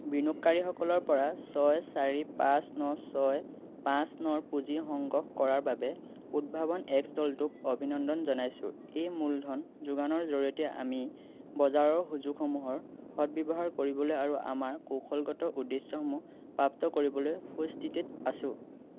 বিনিয়োগকাৰীসকলৰপৰা ছয় চাৰি পাঁচ ন ছয় পাঁচ নৰ পুঁজি সংগ্ৰহ কৰাৰ বাবে উদ্ভাৱন এক্স দলটোক অভিনন্দন জনাইছোঁ এই মূলধন যোগানৰ জৰিয়তে আমি বজাৰৰ সুযোগসমূহৰ সদব্যৱহাৰ কৰিবলৈ আৰু আমাৰ কৌশলগত উদ্দেশ্যসমূহ প্ৰাপ্ত কৰিবলৈ সু স্থিতিত আছো